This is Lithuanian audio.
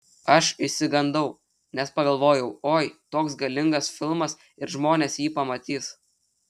aš išsigandau nes pagalvojau oi toks galingas filmas ir žmonės jį pamatys